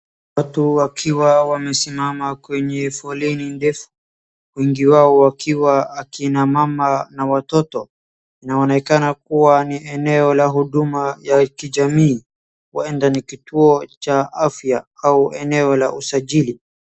Watu wakiwa wamesimama kwenye foleni ndefu. Wengi wao wakiwa akina mama na watoto. Inaonekana kuwa ni eneo la huduma ya kijamii. Huenda ni kituo cha afya au eneo la usajili.